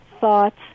thoughts